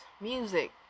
music